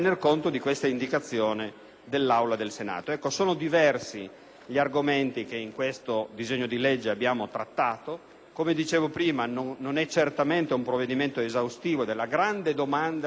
Sono diversi gli argomenti che in questo disegno di legge abbiamo trattato. Non è certo un provvedimento esaustivo della grande domanda di semplificazione